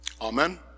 Amen